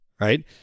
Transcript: right